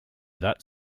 that